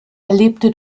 erlebte